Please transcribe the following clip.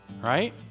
right